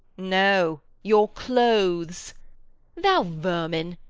no, your clothes thou vermin,